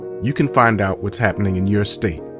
you can find out what's happening in your state.